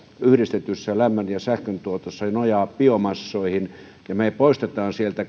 yhdistetyssä lämmön ja sähköntuotannossa nojaa biomassoihin ja jos me käytännössä poistamme sieltä